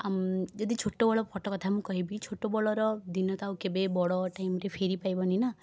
ଆମ ଯଦି ଛୋଟବେଳ ଫଟୋ କଥା ମୁଁ କହିବି ଛୋଟବେଳର ଦିନ ତ ଆଉକେବେ ବଡ଼ ଟାଇମ୍ରେ ଫେରିପାରିବନି ନା